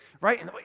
right